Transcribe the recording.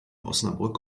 osnabrück